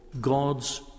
God's